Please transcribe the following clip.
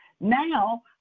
Now